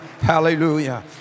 Hallelujah